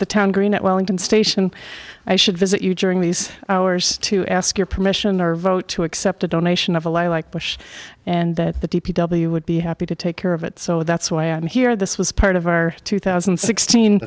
the town green at wellington station i should visit you joining these hours to ask your permission or vote to accept a donation of ally like bush and that the d p w would be happy to take care of it so that's why i'm here this was part of our two thousand and sixteen